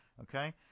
okay